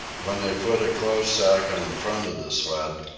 when they put a clothes-sack on the front of the sled,